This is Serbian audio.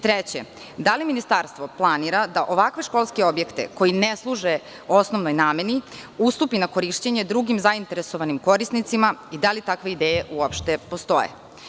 Treće, da li ministarstvo planira da ovakve školske objekte, koji ne služe osnovnoj nameni, ustupi na korišćenje drugim zainteresovanim korisnicima i da li takve ideje uopšte postoje?